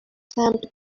stamped